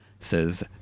says